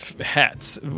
hats